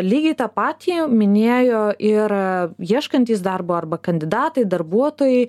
lygiai tą patį minėjo ir ieškantys darbo arba kandidatai darbuotojai